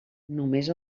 només